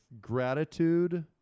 gratitude